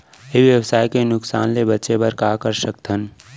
ई व्यवसाय के नुक़सान ले बचे बर का कर सकथन?